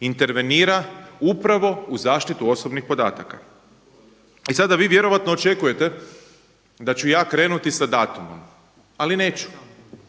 intervenira upravo u zaštitu osobnih podataka. I sada vi vjerojatno očekujete da ću ja krenuti sa datumom, ali neću.